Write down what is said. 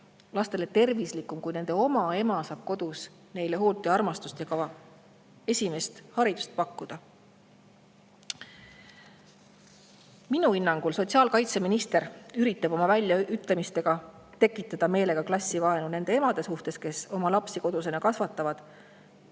lastele tervislikum, kui nende oma ema saab kodus neile hoolt ja armastust ning ka esimest haridust pakkuda. Minu hinnangul üritab sotsiaalkaitseminister oma väljaütlemistega tekitada meelega klassivaenu nende emade vastu, kes oma lapsi kodus kasvatavad.